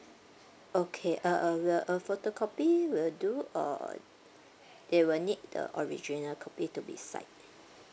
okay (uh huh) will a photocopy will do or they will need the original copy to be side